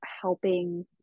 helping